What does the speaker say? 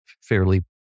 fairly